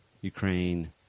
Ukraine